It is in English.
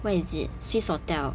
where is it swissotel